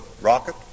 rocket